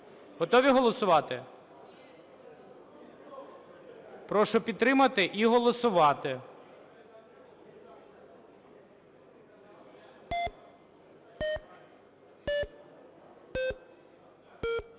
Готові голосувати? Прошу підтримати і голосувати.